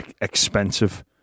expensive